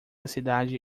cidade